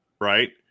Right